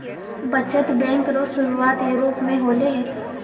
बचत बैंक रो सुरुआत यूरोप मे होलै